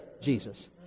Jesus